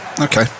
Okay